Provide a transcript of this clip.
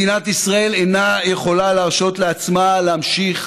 מדינת ישראל אינה יכולה להרשות לעצמה להמשיך